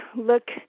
look